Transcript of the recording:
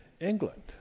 England